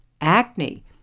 acne